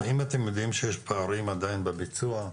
אם אתם יודעים שיש פערים עדיין בביצוע,